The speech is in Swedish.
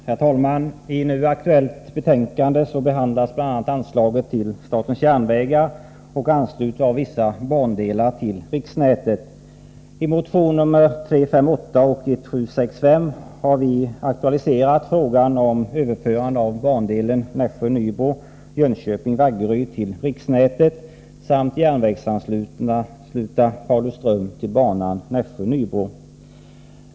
Herr talman! I det nu aktuella betänkandet behandlas bl.a. anslaget till SJ och anslutning av vissa bandelar till riksnätet. I motionerna nr 358 och 1765 har vi aktualiserat frågan om överförande av bandelarna Nässjö-Nybro och Jönköping-Vaggeryd till riksnätet samt frågan om att järnvägsansluta Pauliström till banan Nässjö-Nybro.